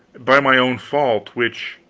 by my own fault, which